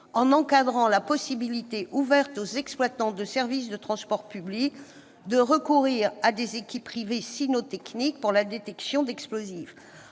en encadrant mieux la possibilité ouverte aux exploitants de services de transport public de recourir à des équipes privées cynotechniques pour la détection d'explosifs